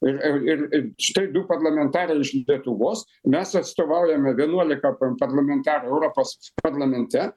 ir ir ir i štai du parlamentarai iš lietuvos mes atstovaujame vienuolika pa parlamentarų europos parlamente